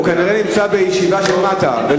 הוא כנראה נמצא בישיבה של מטה.